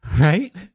Right